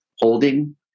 holding